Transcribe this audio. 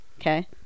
Okay